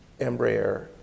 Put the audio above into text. Embraer